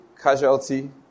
casualty